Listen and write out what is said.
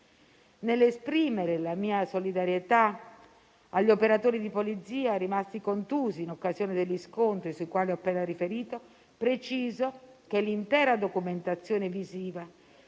Nell'esprimere la mia solidarietà agli operatori di polizia rimasti contusi in occasione degli scontri, sui quali ho appena riferito, preciso che l'intera documentazione visiva,